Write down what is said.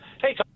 Hey